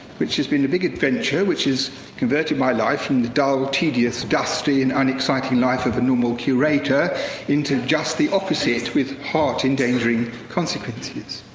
which has been a big adventure, which is converting my life from the dull, tedious, dusty, and un-exciting life of a normal curator into just the opposite, with hard, endangering consequences.